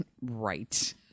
Right